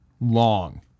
long